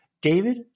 David